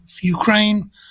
Ukraine